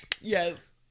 yes